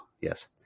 Yes